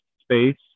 space